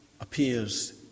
appears